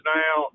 now